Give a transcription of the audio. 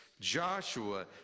Joshua